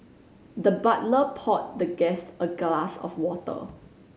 the butler poured the guest a glass of water